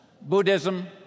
Buddhism